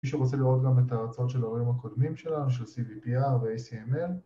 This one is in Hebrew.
‫כפי שרוצה לראות גם את ההרצאות ‫של האירועים הקודמים שלנו, של CVPR ו-ACML.